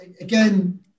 again